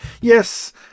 Yes